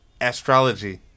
Astrology